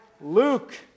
Luke